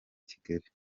kigali